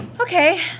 Okay